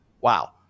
Wow